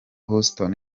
houston